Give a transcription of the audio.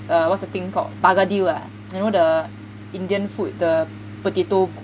err what's that called bergedil ah you know the indian food the potato